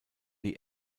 die